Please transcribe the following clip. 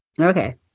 Okay